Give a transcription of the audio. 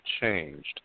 changed